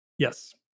Yes